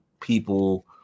people